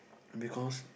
because